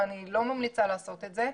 ואני לא ממליצה לעשות את זה.